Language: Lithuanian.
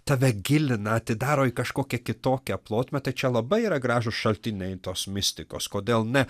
tave gilina atidaro į kažkokią kitokią plotmę tačiau labai yra gražūs šaltiniai tos mistikos kodėl ne